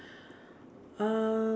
uh